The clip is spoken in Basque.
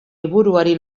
liburuari